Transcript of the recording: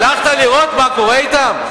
הלכת לראות מה קורה אתם?